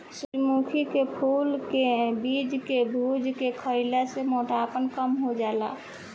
सूरजमुखी के फूल के बीज के भुज के खईला से मोटापा कम हो जाला